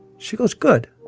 she goes, good.